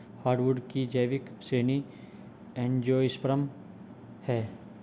hardwood की जैविक श्रेणी एंजियोस्पर्म है